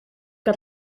had